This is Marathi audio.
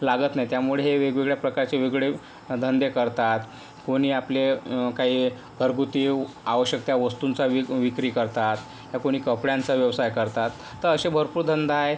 लागत नाही त्यामुळे हे वेगवेगळ्या प्रकारचे वेगळे धंदे करतात कोणी आपले काही घरगुती आवश्यक त्या वस्तूंचा विक् विक्री करतात कोणी कपड्यांचा व्यवसाय करतात तर असे भरपूर धंदा आहे